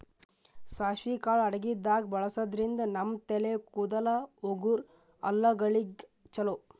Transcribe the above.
ಸಾಸ್ವಿ ಕಾಳ್ ಅಡಗಿದಾಗ್ ಬಳಸಾದ್ರಿನ್ದ ನಮ್ ತಲೆ ಕೂದಲ, ಉಗುರ್, ಹಲ್ಲಗಳಿಗ್ ಛಲೋ